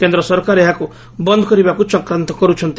କେନ୍ଦ ସରକାର ଏହାକୁ ବନ୍ଦ କରିବାକୁ ଚକ୍ରାନ୍ତ କରୁଛନ୍ତି